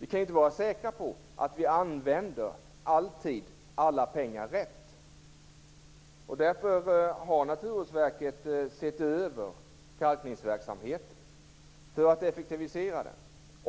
Vi kan inte vara säkra på att vi alltid använder alla pengar på rätt sätt. Därför har Naturvårdsverket sett över kalkningsverksamheten för att effektivisera den.